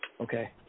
Okay